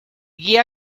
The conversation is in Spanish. guía